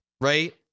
right